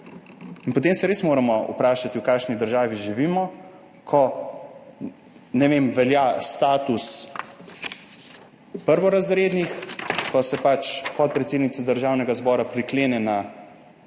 potem se res moramo vprašati, v kakšni državi živimo, ko, ne vem, velja status prvorazrednih pa se pač podpredsednica Državnega zbora priklene na